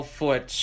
foot